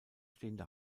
stehende